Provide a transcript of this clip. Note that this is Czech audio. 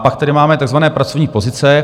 Pak tady máme takzvané pracovní pozice.